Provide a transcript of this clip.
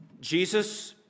Jesus